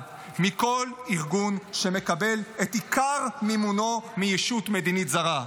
מכל ארגון שמקבל את עיקר מימונו מישות מדינית זרה.